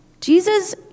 Jesus